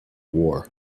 war